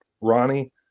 Ronnie